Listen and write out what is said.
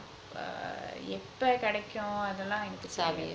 எப்ப கடைக்கும் அதெல்லாம் எனக்கு தெரியாது:eppa kadaikkum athellam enakku theriyathu